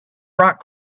rock